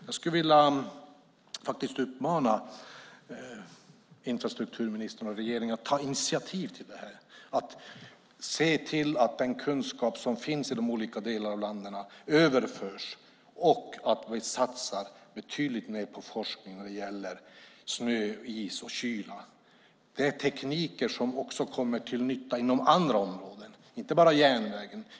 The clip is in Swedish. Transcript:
Jag skulle vilja uppmana infrastrukturministern och regeringen att ta initiativ till detta - att se till att den kunskap som finns i de olika delarna av landet överförs och att vi satsar betydligt mer på forskning vad gäller snö, is och kyla. Det är tekniker som kommer till nytta också inom andra områden, inte bara vid järnvägen.